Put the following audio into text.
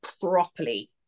properly